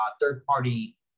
third-party